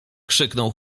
krzyknął